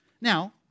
Now